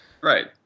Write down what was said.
Right